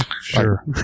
Sure